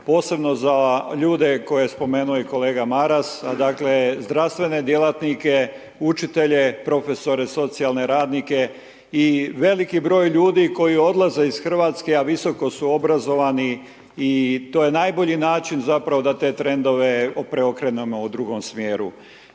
posebno za ljude koje je spomenuo i kolega Maras, dakle, zdravstvene djelatnike, učitelje, profesore, socijalne radnike i veliki broj ljudi koji odlaze iz RH, a visoko su obrazovani i to je najbolji način zapravo da te trendove preokrenemo u drugom smjeru.